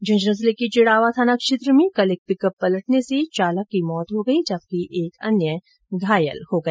झंझन जिले के चिड़ावा थाना क्षेत्र में कल एक पिकअप पलटने से चालक की मौत हो गई जबकि एक अन्य घायल हो गया